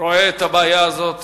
רואה את הבעיה הזאת